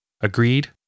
Agreed